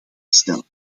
stellen